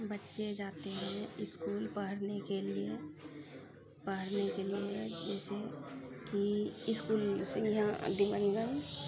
बच्चे जाते हैं इसकुल पढ़ने के लिए पढ़ने के लिए जइसे कि इसकुल सिँघिआ दिमनगर